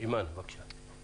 אימאן, בבקשה.